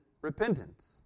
repentance